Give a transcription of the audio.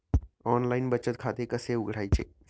Online बचत खाते कसे उघडायचे?